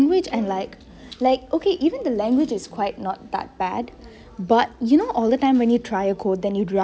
and like like okay even the language is not that bad but you know all the time when you try a code then you run